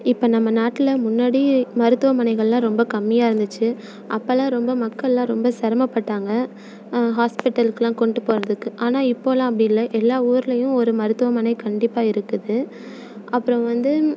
இப்போ நம்ம நாட்டில் முன்னாடி மருத்துவமனைகளெலாம் ரொம்ப கம்மியாக இருந்துச்சு அப்போலாம் ரொம்ப மக்களெலாம் ரொம்ப சிரமப்பட்டாங்க ஹாஸ்பிட்டல்க்குலாம் கொண்டு போகிறதுக்கு ஆனால் இப்போலாம் அப்படி இல்லை எல்லா ஊர்லேயும் ஒரு மருத்துவமனை கண்டிப்பாக இருக்குது அப்புறோம் வந்து